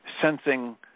sensing